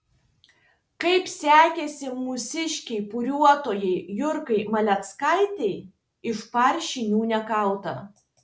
kaip sekėsi mūsiškei buriuotojai jurgai maleckaitei iš par žinių negauta